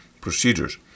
procedures